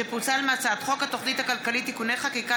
שפוצל מהצעת חוק התוכנית הכלכלית (תיקוני חקיקה